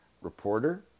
reporter